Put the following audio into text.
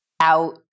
out